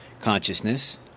consciousness